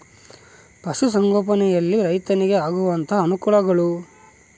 ಪಶುಸಂಗೋಪನೆಯಲ್ಲಿ ರೈತರಿಗೆ ಆಗುವಂತಹ ಅನುಕೂಲಗಳು?